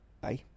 Bye